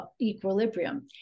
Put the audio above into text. equilibrium